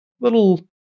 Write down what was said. little